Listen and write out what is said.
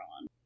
on